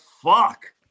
fuck